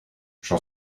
j’en